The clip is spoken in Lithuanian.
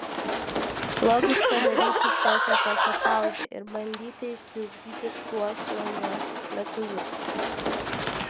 logiška daryti šiokią tokią pauzę ir bandyti išsiugdyti tuos jaunuosius lietuvius